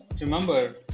remember